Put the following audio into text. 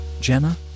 Jenna